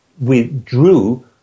withdrew